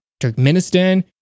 Turkmenistan